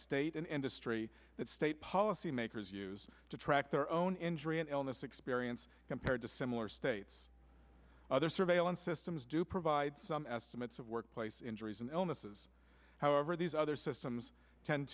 state and industry that state policymakers use to track their own injury and illness experience compared to similar states other surveillance systems do provide some estimates of workplace injuries and illnesses however these other systems tend